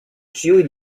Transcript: ĉiuj